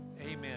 amen